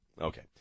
Okay